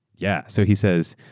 yeah, so he says,